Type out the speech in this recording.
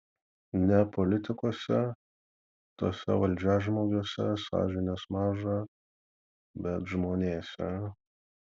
ne politikuose tuose valdžiažmogiuose sąžinės maža bet žmonėse